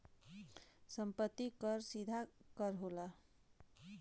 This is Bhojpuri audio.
सम्पति कर सीधा कर होला